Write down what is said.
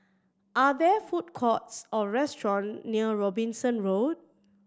are there food courts or restaurants near Robinson Road